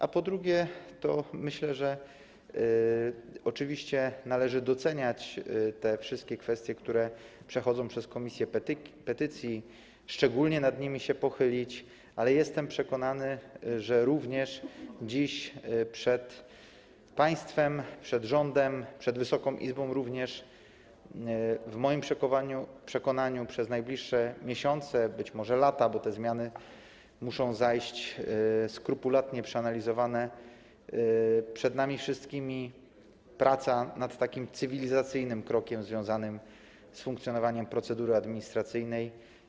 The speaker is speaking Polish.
A po drugie, myślę, że oczywiście należy doceniać te wszystkie kwestie, które przechodzą przez komisję petycji, szczególnie się nad nimi pochylać, ale jestem przekonany, że przed państwem, przed rządem, również przed Wysoką Izbą - w moim przekonaniu przez najbliższe miesiące, być może lata, bo te zmiany muszą być skrupulatnie przeanalizowane - przed nami wszystkimi praca nad takim cywilizacyjnym krokiem związanym z funkcjonowaniem procedury administracyjnej.